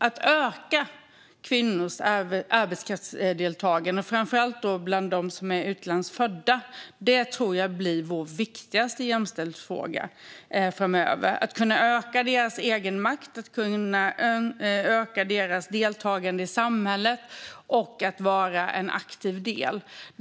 Att öka kvinnors arbetskraftsdeltagande, och då framför allt bland dem som är utlandsfödda, tror jag blir vår viktigaste jämställdhetsfråga framöver. Det handlar om att kunna öka deras egenmakt och deras deltagande i samhället så att de kan vara en aktiv del.